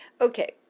Okay